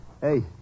Hey